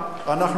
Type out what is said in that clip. אנחנו יודעים,